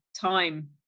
time